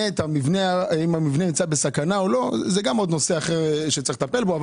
המבנה באמת נמצא בסכנה או לא; זה גם עוד נושא אחר שצריך לטפל בו.